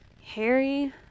Harry